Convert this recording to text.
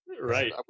right